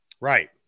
Right